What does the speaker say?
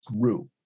grew